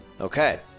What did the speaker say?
Okay